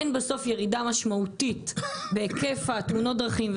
אין בסוף ירידה משמעותית בהיקף תאונות הדרכים,